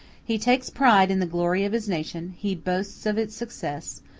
he takes pride in the glory of his nation he boasts of its success,